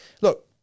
look